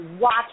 Watch